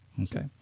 Okay